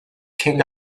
king